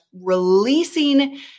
releasing